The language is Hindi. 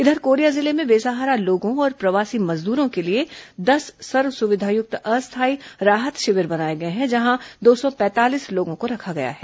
इधर कोरिया जिले में बेसहारा लोगों और प्रवासी मजदूरों के लिए दस सर्व सुविधायुक्त अस्थायी राहत शिविर बनाए गए हैं जहां दो सौ पैंतालीस लोगों को रखा गया है